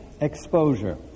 exposure